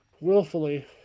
Willfully